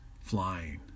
Flying